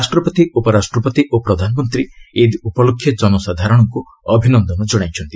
ରାଷ୍ଟ୍ରପତି ଉପରାଷ୍ଟ୍ରପତି ଓ ପ୍ରଧାନମନ୍ତ୍ରୀ ଇଦ୍ ଉପଲକ୍ଷେ ଜନସାଧାରଣଙ୍କୁ ଅଭିନନ୍ଦନ ଜଣାଇଛନ୍ତି